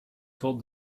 told